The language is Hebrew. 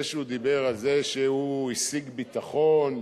זה שהוא דיבר על זה שהוא השיג ביטחון,